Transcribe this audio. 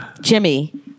Jimmy